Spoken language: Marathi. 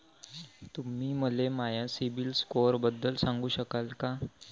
तुम्ही मले माया सीबील स्कोअरबद्दल सांगू शकाल का?